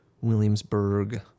Williamsburg